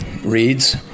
reads